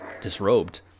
disrobed